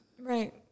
Right